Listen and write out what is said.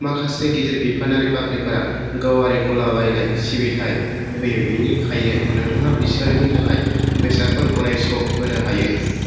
माखासे गिदिर बिफानारि बाख्रिफोरा गावारि गलाबायनाय सिबिथाय होयो बिनिखायनो नोंथाङा बिसोरनि थाखाय बेसादफोर गनायस' होनो हायो